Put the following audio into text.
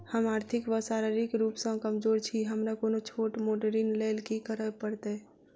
हम आर्थिक व शारीरिक रूप सँ कमजोर छी हमरा कोनों छोट मोट ऋण लैल की करै पड़तै?